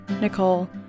Nicole